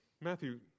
Matthew